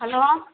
hello